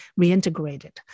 reintegrated